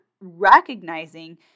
recognizing